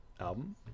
album